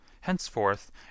Henceforth